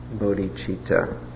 bodhicitta